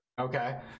Okay